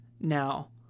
now